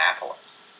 Annapolis